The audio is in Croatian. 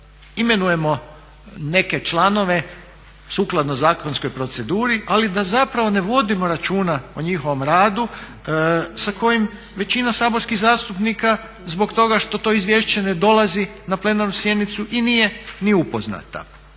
imenujemo neke članove, sukladno zakonskoj proceduri ali da zapravo ne vodimo računa o njihovom radu sa kojim većina saborskih zastupnika zbog toga što to izvješće ne dolazi na plenarnu sjednicu i nije ni upoznata.